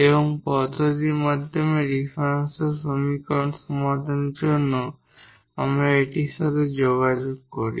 এবং এই পদ্ধতির মধ্যে ডিফারেনশিয়াল সমীকরণ সমাধানের জন্য আমরা এটির সাথে যোগাযোগ করি